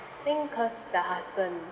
I think cause the husband